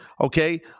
okay